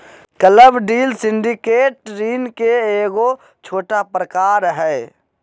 club deal syndicate ऋण के एगो छोटा प्रकार हय